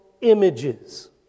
images